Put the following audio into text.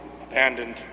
abandoned